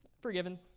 forgiven